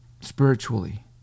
spiritually